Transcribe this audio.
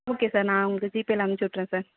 okay sir நான் உங்களுக்கு ஜிபேவில அம்ச்சி விட்றன் சார்